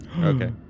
Okay